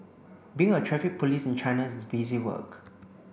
being a Traffic Police in China is busy work